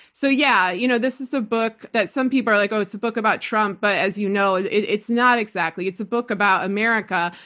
so, yeah. you know this is a book that some people are like, oh, it's a book about trump. but as you know, it's not exactly. it's a book about america,